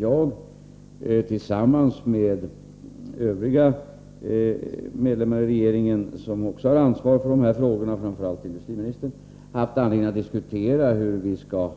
Jag och övriga medlemmar i regeringen — som ju också har ett ansvar för dessa frågor, framför allt industriministern — har haft anledning att diskutera hur vi skall